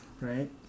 right